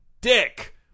dick